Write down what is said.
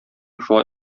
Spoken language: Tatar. шулай